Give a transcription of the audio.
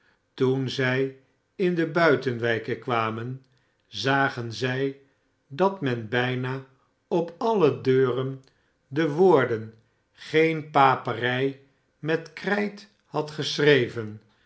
toen zij in de buitenwijken kwamen zagen zij dat men buna op alle deuren de woorden ageen paperij met krijt had geschreven